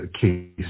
case